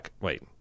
Wait